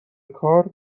کار